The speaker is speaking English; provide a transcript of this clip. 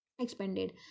expanded